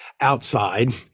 outside